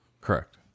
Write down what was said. Correct